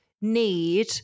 need